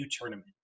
tournament